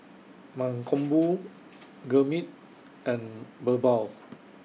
Mankombu Gurmeet and Birbal